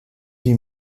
huit